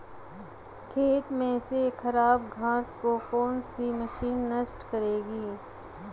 खेत में से खराब घास को कौन सी मशीन नष्ट करेगी?